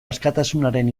askatasunaren